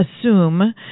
assume